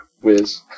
Wiz